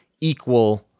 equal